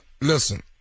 listen